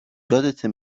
یادته